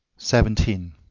seventeen.